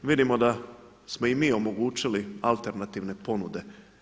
Vidimo da smo i mi omogućili alternativne ponude.